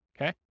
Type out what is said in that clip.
Okay